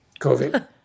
COVID